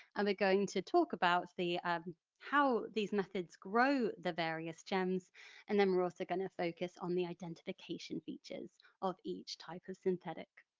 um going to talk about the how these methods grow the various gems and then we're also going to focus on the identification features of each type of synthetic.